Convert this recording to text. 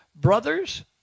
brothers